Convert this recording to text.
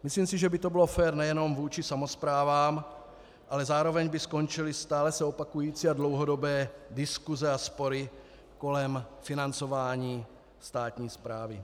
Myslím si, že by to bylo fér nejenom vůči samosprávám, ale zároveň by skončily stále se opakující a dlouhodobé diskuse a spory kolem financování státní správy.